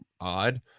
odd